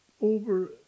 over